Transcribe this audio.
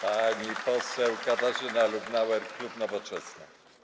Pani poseł Katarzyna Lubnauer, klub Nowoczesna.